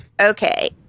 Okay